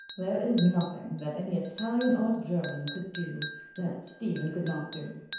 there is nothing that any italian or german could do that stephen could not do.